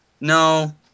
no